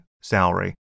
salary